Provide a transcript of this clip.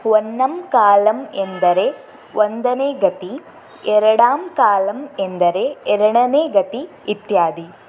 ಒನ್ನಂ ಕಾಲಂ ಎಂದರೆ ಒಂದನೇ ಗತಿ ಎರಡಾಂ ಕಾಲಂ ಎಂದರೆ ಎರಡನೇ ಗತಿ ಇತ್ಯಾದಿ